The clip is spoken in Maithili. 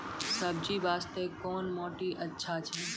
सब्जी बास्ते कोन माटी अचछा छै?